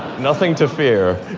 nothing to fear.